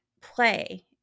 play